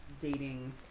dating